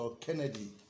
Kennedy